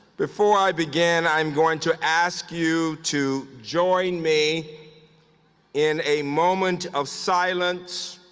before i begin, i'm going to ask you to join me in a moment of silence